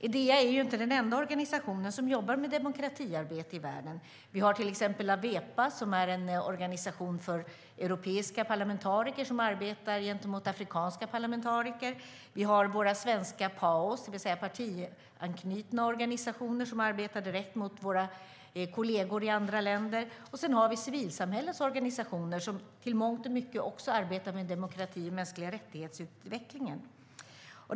Idea är inte den enda organisation som jobbar med demokratiarbete i världen. Vi har till exempel Awepa, som är en organisation för europeiska parlamentariker som arbetar gentemot afrikanska parlamentariker. Vi har våra svenska PAO, det vill säga partianknutna organisationer som arbetar direkt mot våra kolleger i andra länder. Sedan har vi civilsamhällets organisationer, som också i mångt och mycket arbetar med demokrati och utvecklingen av mänskliga rättigheter.